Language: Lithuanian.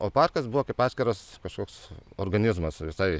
o parkas buvo kaip atskiras kažkoks organizmas visai